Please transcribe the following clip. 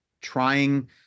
trying